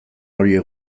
horiek